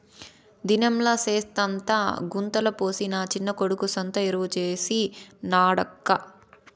దినంలా సెత్తంతా గుంతల పోసి నా చిన్న కొడుకు సొంత ఎరువు చేసి నాడక్కా